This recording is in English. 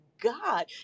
God